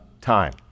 time